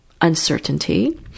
uncertainty